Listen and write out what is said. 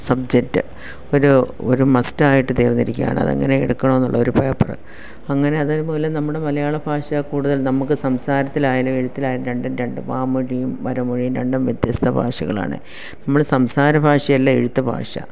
subject ഒരു ഒരു മസ്റ്റായിട്ട് തീർന്നിരിക്കുകയാണ് അതെങ്ങനെ എടുക്കണമെന്നുള്ള ഒരു പേപ്പറ് അങ്ങനെ അതേപോലെ നമ്മുടെ മലയാളഭാഷ കൂടുതൽ നമുക്ക് സംസാരത്തിലായാലും എഴുത്തിലായാലും രണ്ടും രണ്ട് വാമൊഴിയും വരമൊഴിയും രണ്ടും വ്യത്യസ്ത ഭാഷകളാണ് നമ്മള് സംസാര ഭാഷയല്ല എഴുത്ത് ഭാഷ